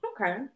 Okay